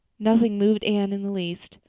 nothing moved anne in the least.